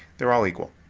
they're all equal.